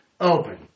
open